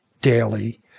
daily